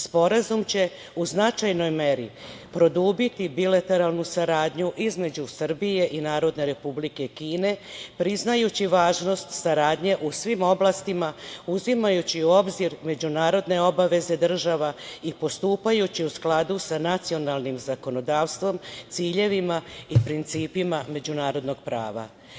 Sporazum će u značajnoj meri produbiti bilateralnu saradnju između Srbije i Narodne Republike Kine, priznajući važnost saradnje u svim oblastima, uzimajući u obzir međunarodne obaveze država i postupajući u skladu sa nacionalnim zakonodavstvom ciljevima i principima međunarodnog prava.